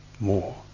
more